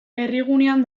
herrigunean